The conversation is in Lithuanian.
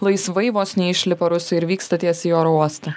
laisvai vos ne išlipa rusai ir vyksta tiesiai į oro uostą